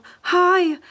hi